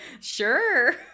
sure